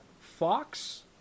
Fox